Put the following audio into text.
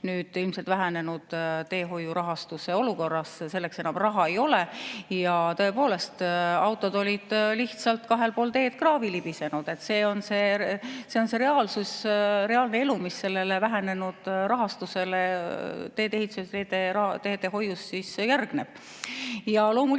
nüüd, ilmselt vähenenud teehoiuraha tõttu, selleks enam raha ei ole. Tõepoolest, autod olid lihtsalt kahel pool teed kraavi libisenud. See on see reaalne elu, mis sellele vähenenud rahastusele teehoius järgneb. Loomulikult